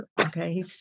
Okay